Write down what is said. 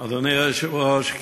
אדוני היושב-ראש,